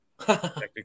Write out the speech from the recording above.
technically